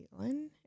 Caitlin